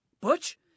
Butch